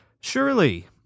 Surely